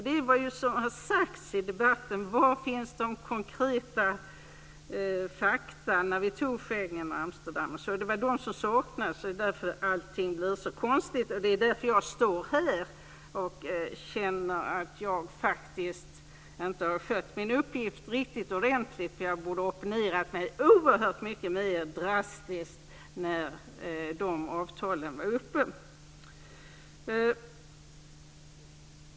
Det är som har sagts i debatten: Var fanns konkreta fakta när vi antog Schengen och Amsterdam? De var de som saknades. Det är därför allting blir så konstigt, och det är därför jag står här. Jag känner att jag faktiskt inte har skött min uppgift riktigt ordentligt. Jag borde ha opponerat mig oerhört mycket mer drastiskt när dessa avtal var uppe.